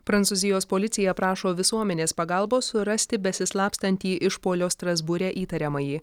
prancūzijos policija prašo visuomenės pagalbos surasti besislapstantį išpuolio strasbūre įtariamąjį